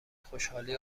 خوشحالی